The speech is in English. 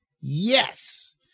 Yes